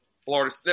Florida